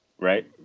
Right